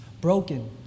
broken